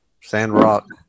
Sandrock